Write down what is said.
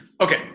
Okay